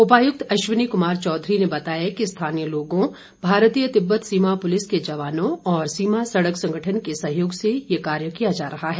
उपायुक्त अश्वनी कुमार चौधरी ने बताया कि स्थानीय लोगों भारत तिब्बत सीमा पुलिस के जवानों और सीमा सड़क संगठन के सहयोग से ये कार्य किया जा रहा है